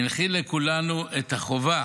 הנחיל לכולנו את החובה